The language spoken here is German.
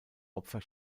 opfer